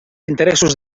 interessos